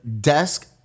desk